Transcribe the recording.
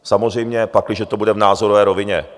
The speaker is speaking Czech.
Samozřejmě pakliže to bude v názorové rovině.